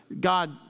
God